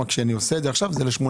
זה ל-18.